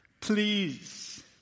please